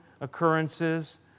occurrences